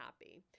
happy